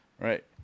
Right